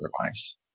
otherwise